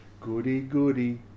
goody-goody